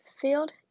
field